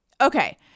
okay